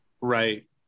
Right